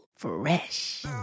fresh